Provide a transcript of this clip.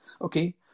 okay